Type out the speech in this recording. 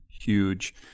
huge